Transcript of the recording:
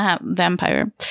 vampire